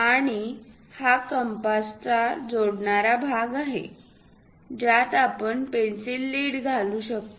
आणि हा कंपासचा जोडणारा भाग आहे ज्यात आपण पेन्सिल लीड घालू शकतो